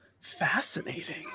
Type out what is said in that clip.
Fascinating